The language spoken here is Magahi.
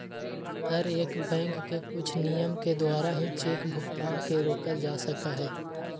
हर एक बैंक के कुछ नियम के द्वारा ही चेक भुगतान के रोकल जा सका हई